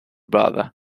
brother